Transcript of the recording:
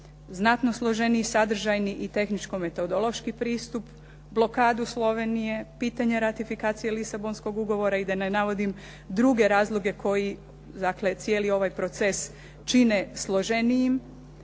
znatno složeniji sadržajni i tehničko-metodološki pristup, blokadu Slovenije, pitanje ratifikacije Lisabonskog ugovora i da ne navodim druge razloge koji dakle cijeli ovaj proces čine složenijim,